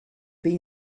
been